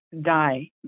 die